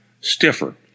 stiffer